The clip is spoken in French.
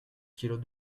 kilos